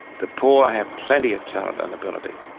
the poor have plenty of talent and ability.